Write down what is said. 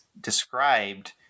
described